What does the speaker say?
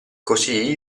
così